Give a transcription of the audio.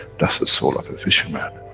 that's the soul of a fisherman,